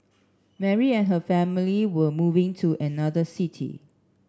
Mary and her family were moving to another city